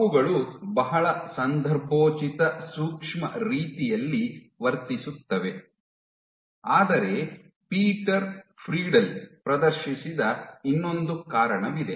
ಅವುಗಳು ಬಹಳ ಸಂದರ್ಭೋಚಿತ ಸೂಕ್ಷ್ಮ ರೀತಿಯಲ್ಲಿ ವರ್ತಿಸುತ್ತವೆ ಆದರೆ ಪೀಟರ್ ಫ್ರೀಡ್ಲ್ ಪ್ರದರ್ಶಿಸಿದ ಇನ್ನೊಂದು ಕಾರಣವಿದೆ